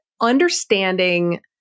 understanding